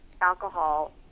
alcohol